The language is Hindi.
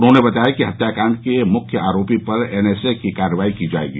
उन्होंने बताया कि हत्याकाँड के मुख्य आरोपी पर एनएसए की कार्रवाई की जायेगी